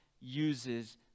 uses